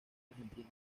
argentina